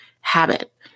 habit